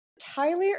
Tyler